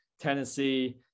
Tennessee